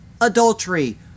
adultery